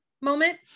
moment